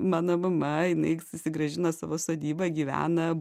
mano mama jinai susigrąžina savo sodybą gyvena